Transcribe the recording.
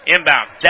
Inbounds